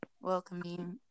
welcoming